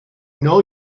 know